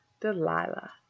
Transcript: Delilah